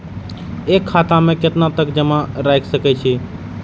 एक खाता में केतना तक जमा राईख सके छिए?